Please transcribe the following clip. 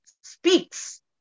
speaks